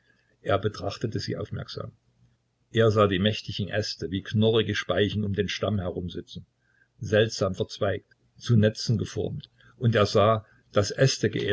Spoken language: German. er betrachtete sie aufmerksam er sah die mächtigen äste wie knorrige speichen um den stamm herumsitzen seltsam verzweigt zu netzen geformt und er sah das